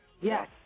yes